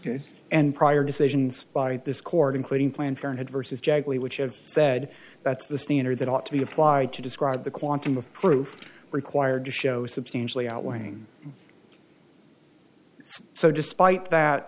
case and prior decisions by this court including planned parenthood versus jackley which have said that's the standard that ought to be applied to describe the quantum of proof required to show substantially outlane so despite that